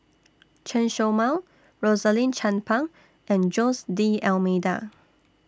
Chen Show Mao Rosaline Chan Pang and Jose D'almeida